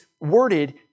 worded